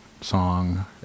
song